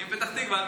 אני מפתח תקווה.